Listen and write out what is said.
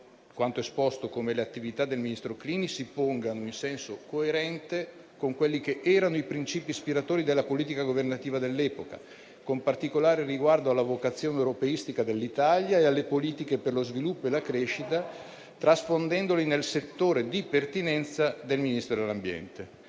quanto esposto, come le attività del ministro Clini si pongano in senso coerente con quelli che erano i princìpi ispiratori della politica governativa dell'epoca, con particolare riguardo alla vocazione europeista dell'Italia e alle politiche per lo sviluppo e la crescita, trasfondendole nel settore di pertinenza del Ministero dell'ambiente.